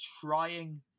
trying